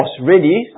ready